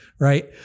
right